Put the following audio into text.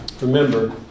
Remember